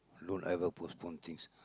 don't ever postpone things